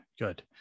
good